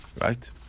Right